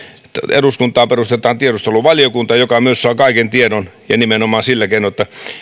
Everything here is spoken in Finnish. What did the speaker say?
eduskuntaan perustetaan tiedusteluvaliokunta joka myös saa kaiken tiedon ja nimenomaan sillä keinoin